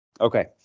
Okay